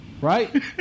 right